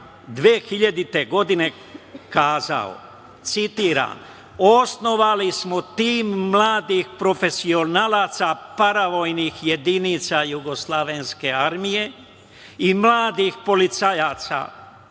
2000. godine kazao, citiram – osnovali smo tim mladih profesionalaca, paravojnih jedinica Jugoslovenske armije i mladih policajaca